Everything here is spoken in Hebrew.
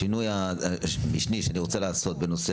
השינוי המשני שאני רוצה לעשות בנושא